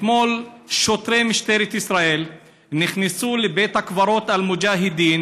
שוטרי משטרת ישראל נכנסו לבית הקברות אל-מוג'אהדין